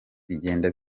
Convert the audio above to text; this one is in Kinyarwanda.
bigenda